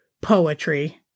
poetry